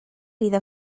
iddo